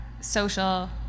social